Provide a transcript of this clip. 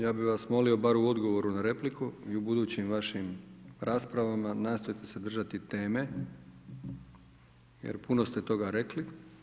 Ja bih vas molio bar u odgovoru na repliku i u budućim vašim raspravama nastojte se držati teme jer puno ste toga rekli.